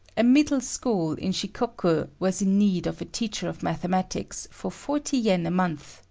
a middle school in shikoku was in need of a teacher of mathematics for forty yen a month,